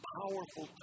powerful